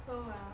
oh well